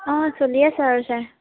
অঁ চলিয়ে আছোঁ আৰু চাৰ